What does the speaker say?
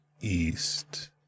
east